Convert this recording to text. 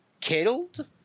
killed